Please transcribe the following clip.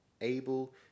able